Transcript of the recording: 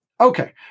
Okay